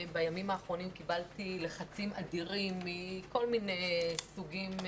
בימים האחרונים קיבלתי לחצים אדירים מכל מיני סוגים,